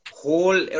whole